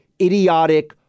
idiotic